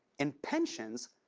and pensions,